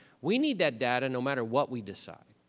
we need that data, no matter what we decide,